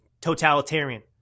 totalitarian